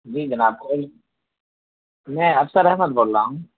جی جناب میں افسر احمد بول رہا ہوں